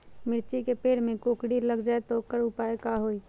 मिर्ची के पेड़ में कोकरी लग जाये त वोकर उपाय का होई?